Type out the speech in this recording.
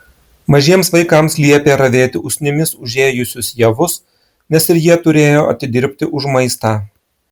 mažiems vaikams liepė ravėti usnimis užėjusius javus nes ir jie turėjo atidirbti už maistą